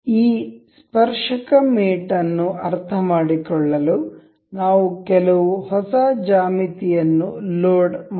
ಈ ಸ್ಪರ್ಶಕ ಮೇಟ್ ಅನ್ನು ಅರ್ಥಮಾಡಿಕೊಳ್ಳಲು ನಾವು ಕೆಲವು ಹೊಸ ಜ್ಯಾಮಿತಿಯನ್ನು ಲೋಡ್ ಮಾಡೋಣ